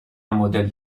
مدل